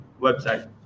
website